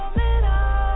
middle